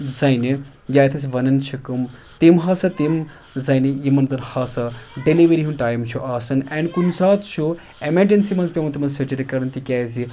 زَنہِ یا یَتھ أسۍ وَنان چھِ کٕم تِم ہَسا تِم زَنہِ یعنی یِمن زَن ہسا ڈیٚلِؤری ہُنٛد ٹایم چھُ آسان اینڈ کُنہِ ساتہٕ چھُ اٮ۪مَرجنسی منٛز پٮ۪وان تِمن سٔرجِری کَرٕنۍ تِکیازِ